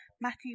Matthew